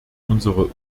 unsere